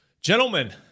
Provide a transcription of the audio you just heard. Gentlemen